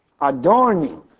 adorning